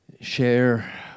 share